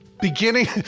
Beginning